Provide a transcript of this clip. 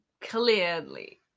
clearly